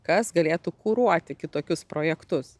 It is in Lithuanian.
kas galėtų kuruoti kitokius projektus